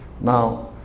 Now